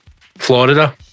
Florida